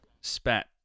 spat